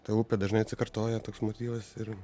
ta upė dažnai atsikartoja toks motyvas ir